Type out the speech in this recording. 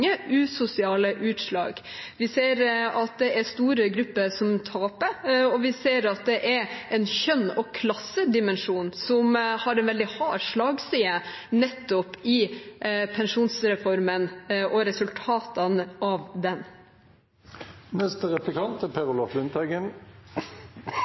usosiale utslag. Vi ser at det er store grupper som taper, og vi ser at det er en kjønns- og klassedimensjon som har en veldig hard slagside nettopp i pensjonsreformen og resultatene av den. Helt fra vi fikk folketrygden i 1967, med Egil Aarvik og Per